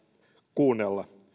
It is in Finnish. kuunnella